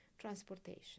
Transportation